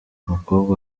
umukobwa